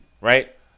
right